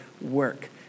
work